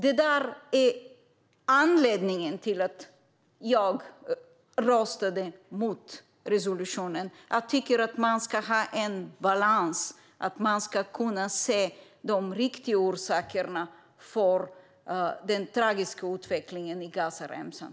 Detta är anledningen till att jag röstade emot resolutionen. Jag tycker att man ska ha en balans och kunna se de riktiga orsakerna till den tragiska utvecklingen på Gazaremsan.